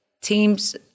teams